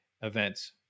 events